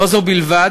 ולא זו בלבד,